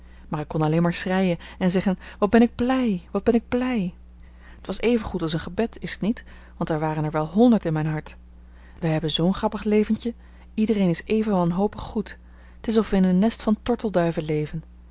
maar ik kon alleen maar schreien en zeggen wat ben ik blij wat ben ik blij t was evengoed als een gebed is t niet want er waren er wel honderd in mijn hart wij hebben zoo'n grappig leventje iedereen is even wanhopig goed t is of we in een nest van tortelduiven leven